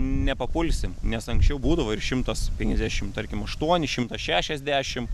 nepapulsim nes anksčiau būdavo ir šimtas penkiasdešimt tarkim aštuoni šimtas šešiasdešimt